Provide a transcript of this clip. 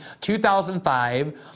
2005